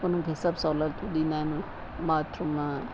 उन्हनि खे सभु सहुलियतूं ॾींदा आहिनि बाथरूम